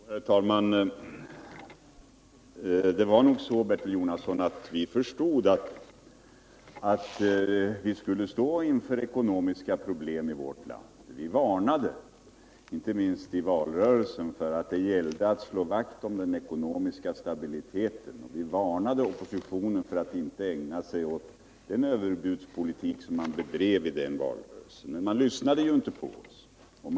Herr talman! Det var nog så, Bertil Jonasson, att vi förstod att vi i vårt land skulle komma att stå inför ekonomiska problem. Inte minst i valrörelsen framhöll vi att det gällde att slå vakt om den ekonomiska stabiliteten. Vi varnade den dåvarande oppositionen för att ägna sig åt den överbudspolitik som man drev i valrörelsen. Oppositionen lyssnade inte till oss.